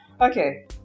Okay